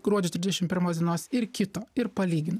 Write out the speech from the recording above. gruodžio trisdešim pirmos dienos ir kito ir palyginu